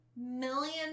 million